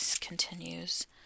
continues